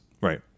Right